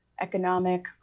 economic